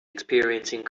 experiencing